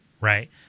right